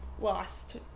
lost